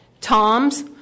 Toms